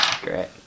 Great